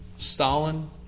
Stalin